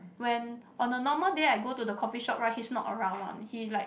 when on a normal day I go to the coffee shop right he's not around one he like